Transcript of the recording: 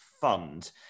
fund